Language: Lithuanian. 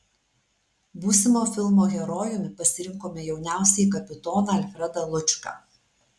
būsimo filmo herojumi pasirinkome jauniausiąjį kapitoną alfredą lučką